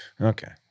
okay